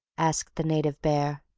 asked the native bear.